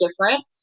different